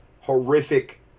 horrific